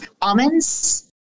almonds